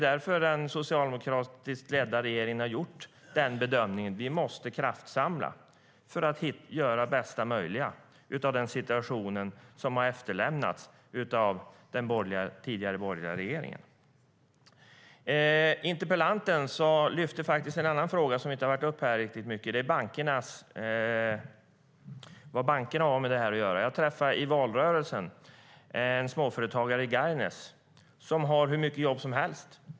Den socialdemokratiskt ledda regeringen har gjort bedömningen att vi måste kraftsamla för att göra det bästa möjliga av den situation som har efterlämnats av den tidigare borgerliga regeringen. Interpellanten tog också upp en annan fråga som inte varit uppe särskilt mycket än, och det är vad bankerna har med detta att göra. Jag träffade i valrörelsen en småföretagare i Gargnäs, som har hur mycket jobb som helst.